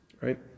Right